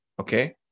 okay